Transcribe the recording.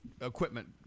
equipment